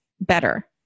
better